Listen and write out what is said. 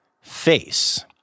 face